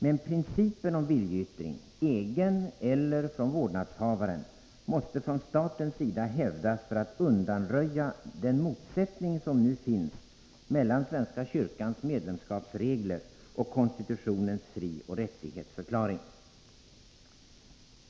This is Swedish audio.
Men principen om viljeyttring — egen eller vårdnadshavarens — måste från statens sida hävdas för att undanröja nuvarande motsättning mellan svenska kyrkans medlemskapsregler och konstitutionens frioch rättighetsförklaring.